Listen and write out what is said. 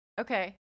Okay